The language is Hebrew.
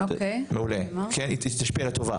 מעולה, היא תשפיע לטובה?